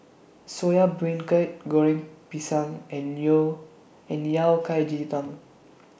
Soya bring cur Goreng Pisang and and Yao Cai Ji Tang